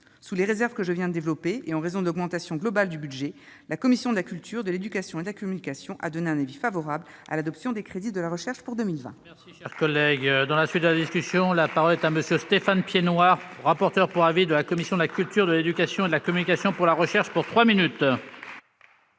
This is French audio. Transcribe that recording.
Sous les réserves que je viens d'émettre, et en raison de l'augmentation globale du budget, la commission de la culture, de l'éducation et de la communication a émis un avis favorable à l'adoption des crédits de la mission «